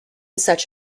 such